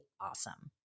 awesome